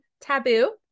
Taboo